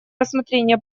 рассмотрения